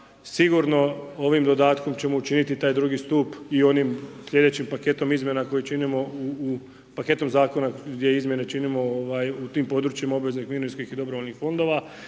sigurno ovim dodatkom ćemo učiniti taj drugi stup i onim sljedećim paketom izmjena koje činimo, paketom zakona gdje izmjene činimo ovaj u tim područjima obveznih mirovinskih i dobrovoljnih